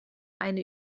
eine